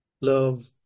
love